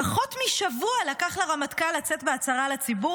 פחות משבוע לקח לרמטכ"ל לצאת בהצהרה לציבור